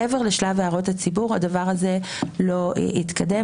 מעבר לשלב הערות הציבור, הדבר הזה לא התקדם.